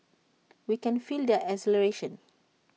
we can feel their exhilaration